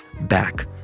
back